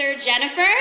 Jennifer